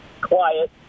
quiet